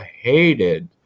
hated